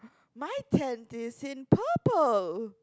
my tent is in purple